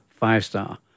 five-star